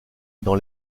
dans